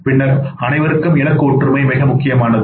பின்னர் அனைவருக்கும் இலக்கு ஒற்றுமை மிக முக்கியமானது